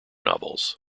novels